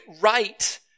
right